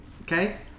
Okay